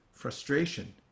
Frustration